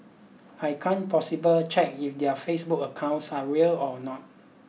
I can't possibly check if their Facebook accounts are real or not